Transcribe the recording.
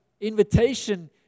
invitation